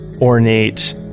ornate